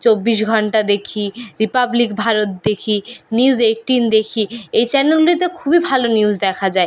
চব্বিশ ঘন্টা দেখি রিপাবলিক ভারত দেখি নিউস এইট্টিন দেখি এই চ্যানেলগুলিতে খুবই ভালো নিউস দেখা যায়